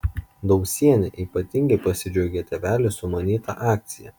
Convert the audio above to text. dausienė ypatingai pasidžiaugė tėvelių sumanyta akcija